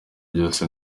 byose